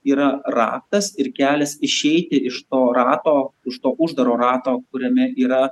yra raktas ir kelias išeiti iš to rato iš to uždaro rato kuriame yra